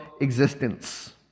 existence